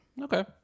Okay